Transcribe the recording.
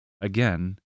again